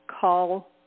call